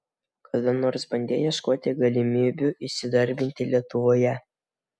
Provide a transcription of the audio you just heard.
kada nors bandei ieškoti galimybių įsidarbinti lietuvoje